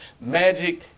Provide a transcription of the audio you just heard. Magic